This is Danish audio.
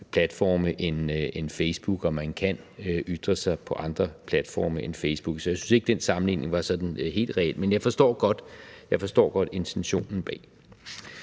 platforme end Facebook, og man kan ytre sig på andre platforme end Facebook, så jeg synes ikke, at den sammenligning var sådan helt reel, men jeg forstår intentionen bag.